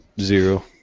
Zero